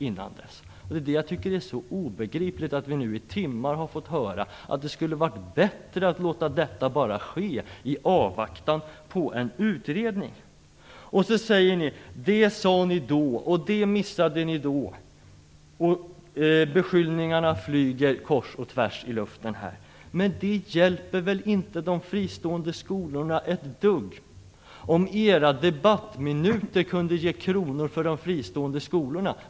Jag tycker att det är obegripligt att vi i timmar fått höra att det skulle ha varit bättre att bara låta det ske i avvaktan på en utredning. Så säger ni: Det sade ni då, det missade ni då. Beskyllningarna flyger kors och tvärs i luften, men det hjälper inte de fristående skolorna ett dugg om inte era debattminuter ger kronor till de fristående skolorna.